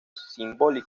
símbolo